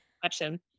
question